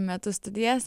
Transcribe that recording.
metu studijas